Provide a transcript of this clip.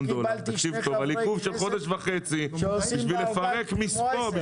דולר על עיכוב של חודש וחצי בשביל לפרק מספוא.